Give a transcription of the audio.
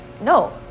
no